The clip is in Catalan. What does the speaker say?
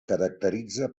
caracteritza